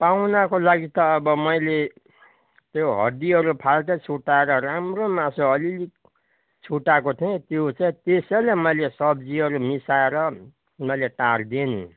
पाहुनाको लागि त अब मैले त्यो हड्डीहरू फाल्तु छुट्याएर राम्रो मासु अलि अलि छुट्याएको थिएँ त्यो चाहिँ त्यसैले मैले सब्जीहरू मिसाएर मैले टार्दे नि